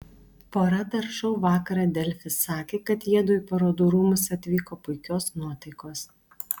pora dar šou vakarą delfi sakė kad jiedu į parodų rūmus atvyko puikios nuotaikos